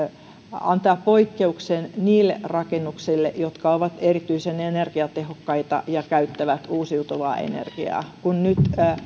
antaa poikkeuksen niille rakennuksille jotka ovat erityisen energiatehokkaita ja käyttävät uusiutuvaa energiaa kun nyt